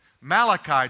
Malachi